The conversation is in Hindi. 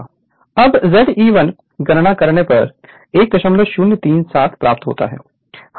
अब Ze1 गणना करने पर 1037Ω प्राप्त हो रहा है